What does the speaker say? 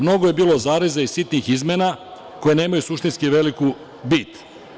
Mnogo je bilo zareza i sitnih izmena koje nemaju suštinski veliku bit.